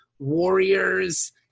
warriors